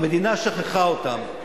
המדינה שכחה אותם,